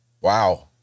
wow